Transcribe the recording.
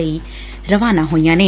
ਲਈ ਰਵਾਨਾ ਹੋਈਆਂ ਨੇ